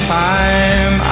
time